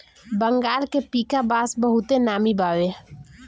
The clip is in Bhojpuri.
बंगाल के पीका बांस बहुते नामी बावे